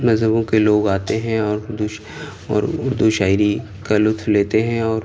مذہبوں کے لوگ آتے ہیں اور اردو اور اردو شاعرى كا لُطف ليتے ہيں اور